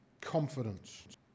confidence